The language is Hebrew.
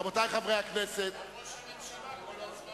גם ראש הממשלה צפה בדיון כל הזמן.